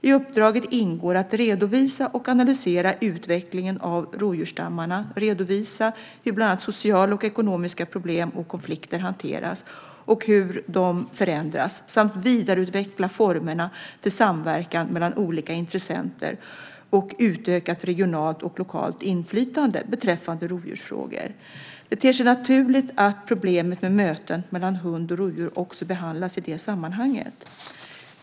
I uppdraget ingår att redovisa och analysera utvecklingen av rovdjursstammarna, redovisa hur bland annat sociala och ekonomiska problem och konflikter hanteras och hur de förändras samt vidareutveckla formerna för samverkan mellan olika intressenter och utökat regionalt och lokalt inflytande beträffande rovdjursfrågor. Det ter sig naturligt att problemet med möten mellan hund och rovdjur också behandlas i det sammanhanget.